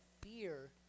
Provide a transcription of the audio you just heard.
fear